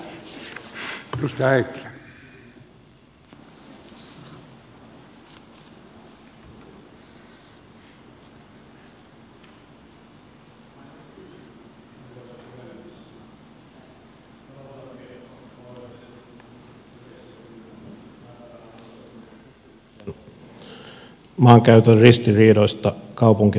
määrärahan osoittaminen tutkimukseen maankäytön ristiriidoista kaupunkirakenteessa